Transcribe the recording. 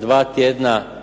2 tjedna